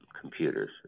computers